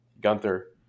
Gunther